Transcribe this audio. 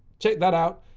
check that out.